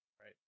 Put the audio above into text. right